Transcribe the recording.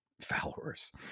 followers